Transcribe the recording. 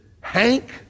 Hank